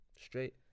Straight